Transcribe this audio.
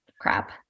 crap